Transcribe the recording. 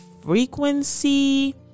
frequency